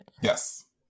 Yes